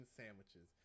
sandwiches